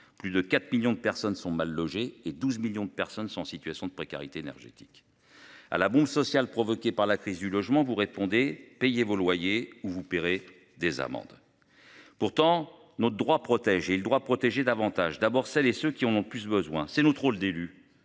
plus de 4 millions de personnes sont mal logées et 12 millions de personnes sont en situation de précarité énergétique. À la bombe sociale provoquée par la crise du logement, vous répondez payé vos loyers où vous paierez des amendes. Pourtant notre droit protège il doit protéger davantage d'abord celles et ceux qui en ont plus besoin, c'est notre rôle d'élu.